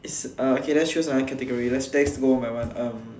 is uh okay let's choose another category let's let's go one by one um